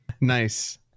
Nice